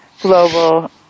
global